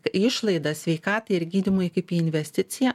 į išlaidas sveikatai ir gydymui kaip į investiciją